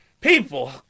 people